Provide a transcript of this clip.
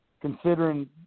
considering